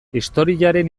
historiaren